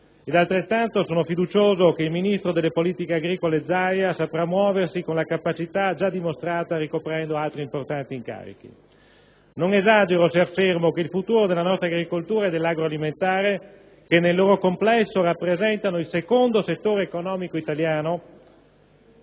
altrettanto fiducioso che il ministro delle politiche agricole Zaia saprà muoversi con la capacità già dimostrata ricoprendo altri importanti incarichi. Non esagero se affermo che il futuro della nostra agricoltura e del comparto agroalimentare, che nel loro complesso rappresentano il secondo settore economico italiano,